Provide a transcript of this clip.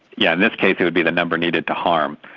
yeah in this case it would be the number needed to harm.